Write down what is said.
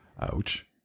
Ouch